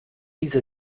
diese